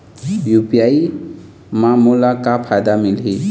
UPI म मोला का फायदा मिलही?